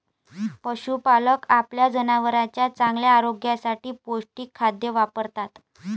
पशुपालक आपल्या जनावरांच्या चांगल्या आरोग्यासाठी पौष्टिक खाद्य वापरतात